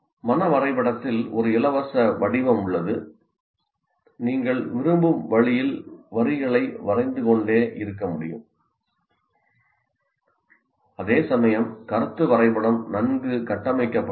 மன வரைபடத்தில் ஒரு இலவச வடிவம் உள்ளது நீங்கள் விரும்பும் வழியில் வரிகளை வரைந்து கொண்டே இருக்க முடியும் அதேசமயம் கருத்து வரைபடம் நன்கு கட்டமைக்கப்பட்டுள்ளது